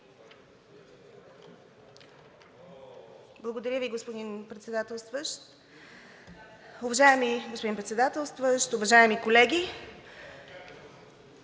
Благодаря Ви, господин Председателстващ. Уважаеми господин Председателстващ, уважаеми колеги!